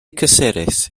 cysurus